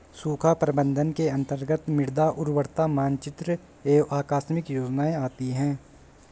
सूखा प्रबंधन के अंतर्गत मृदा उर्वरता मानचित्र एवं आकस्मिक योजनाएं आती है